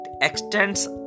extends